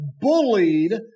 bullied